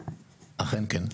אכן כן.